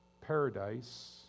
paradise